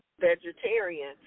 vegetarian